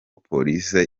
police